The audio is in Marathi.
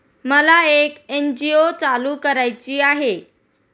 मला एक एन.जी.ओ चालू करायची आहे